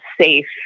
safe